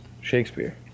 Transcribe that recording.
Shakespeare